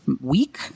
week